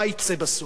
מה יצא בסוף?